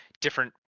different